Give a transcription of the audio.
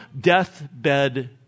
deathbed